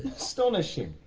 astonishing.